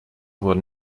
wurden